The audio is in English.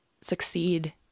succeed